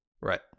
right